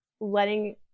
letting